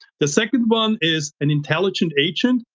the second one is an intelligent agent.